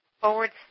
forward